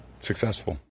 successful